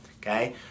okay